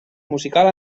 musical